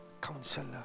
Counselor